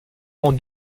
rang